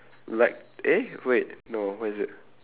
like eh wait no what is it